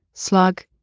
slug,